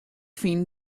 fyn